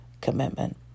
commitment